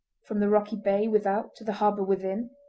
from the rocky bay without to the harbour within,